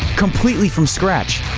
completely from scratch?